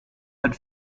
had